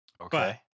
Okay